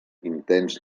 intens